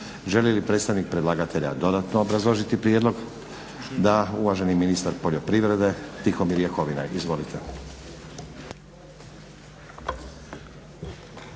Želi li predstavnik predlagatelja dodatno obrazložiti prijedlog? Da. Uvaženi ministar poljoprivrede Tihomir Jakovina, izvolite.